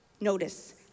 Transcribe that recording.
Notice